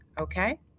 Okay